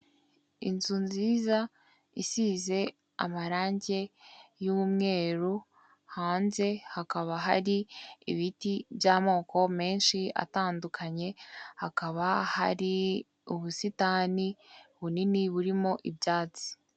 Inzu nziza isize amarange y'umweru hanze hakaba hari ibiti by'amoko menshi atandukanye, hakaba hari ubusitani bunini burimo ibyatsi.